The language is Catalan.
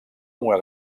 una